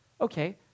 okay